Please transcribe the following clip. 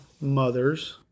mothers